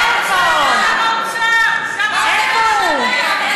איפה, איפה הוא?